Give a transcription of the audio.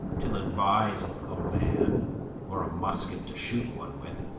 till it buys a man or a musket to shoot one with